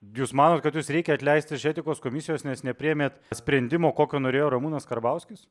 jūs manot kad jus reikia atleisti iš etikos komisijos nes nepriėmėt sprendimo kokio norėjo ramūnas karbauskis